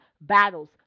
battles